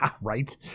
right